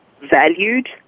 valued